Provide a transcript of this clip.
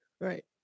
right